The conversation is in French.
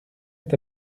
est